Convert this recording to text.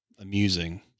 amusing